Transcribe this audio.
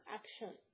action